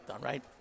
right